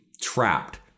trapped